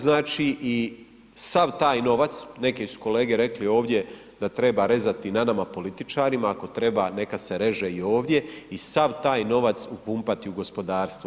Znači i sav taj novac, neki su kolege rekli ovdje da treba rezati na nama političarima, ako treba neka se reže i ovdje i sav taj novac upumpati u gospodarstvo.